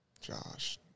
Josh